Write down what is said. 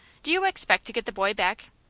do you expect to get the boy back?